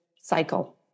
cycle